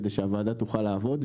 כדי שהוועדה תוכל לעבוד,